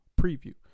preview